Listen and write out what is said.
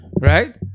right